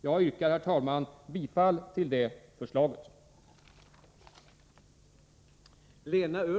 Jag yrkar, herr talman, bifall till det förslaget, som lyder: